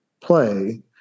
play